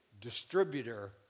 distributor